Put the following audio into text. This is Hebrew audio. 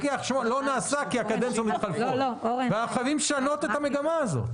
לא נעשה כי הקדנציות מתפזרות ואנחנו חייבים לשנות את המגמה הזאת.